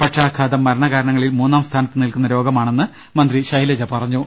പക്ഷാഘാതം മരണകാരണങ്ങളിൽ മൂന്നാം സ്ഥാനത്ത് നിൽക്കുന്ന രോഗമാണെന്ന് മന്ത്രി ശൈലജ പറഞ്ഞു